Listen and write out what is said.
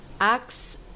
Acts